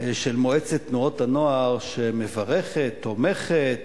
של מועצת תנועות הנוער, שמברכת, תומכת